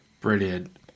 Brilliant